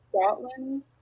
scotland